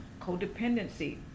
codependency